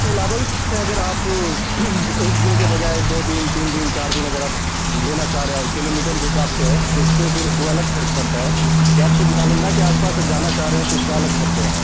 اس کے علاوہ کچھ کچھ ہے اگر آپ ایک دن کے بجائے دو دن تین دن چار دن اگر آپ لینا چاہ رہے اور کلو میٹر کے حساب سے ہے تو اس پہ پھر وہ الگ خرچ پڑتا ہے کہ آپ صرف نالندہ کے آس پاس جانا چاہ رہے ہیں تو اس کا الگ خرچ ہے